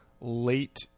late